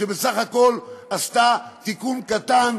שבסך הכול עשתה תיקון קטן,